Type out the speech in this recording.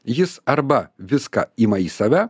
jis arba viską ima į save